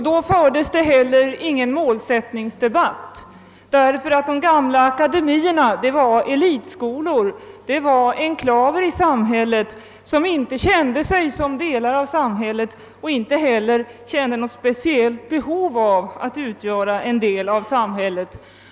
Då fördes det heller ingen målsättningsdebatt, därför att de gamla akademierna var elitskolor, enklaver i samhället, som inte kände sig som delar av samhället och inte heller kände något speciellt behov av att utgöra en del i samhället.